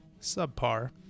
subpar